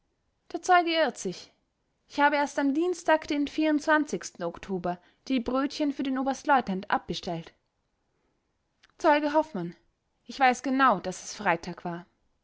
der zeuge irrt sich ich habe erst am dienstag den oktober die brötchen für den oberstleutnant abbestellt zeuge hoffmann ich weiß genau daß es freitag war